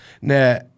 now